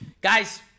Guys